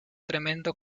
tremendo